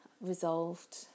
resolved